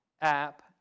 app